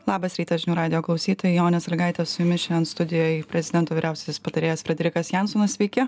labas rytas žinių radijo klausytojai jonė sąlygaitė su jumis šian studijoj prezidento vyriausiasis patarėjas frederikas jansonas sveiki